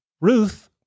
Ruth